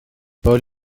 paul